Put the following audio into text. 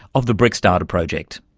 of the brickstarter project.